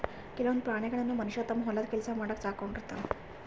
ಕೆಲವೊಂದ್ ಪ್ರಾಣಿಗಳನ್ನ್ ಮನಷ್ಯ ತಮ್ಮ್ ಹೊಲದ್ ಕೆಲ್ಸ ಮಾಡಕ್ಕ್ ಸಾಕೊಂಡಿರ್ತಾನ್